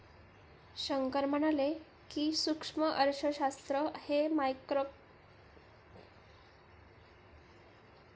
शंकर म्हणाले की, सूक्ष्म अर्थशास्त्र हे मायक्रोइकॉनॉमिक्स म्हणूनही ओळखले जाते